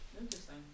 Interesting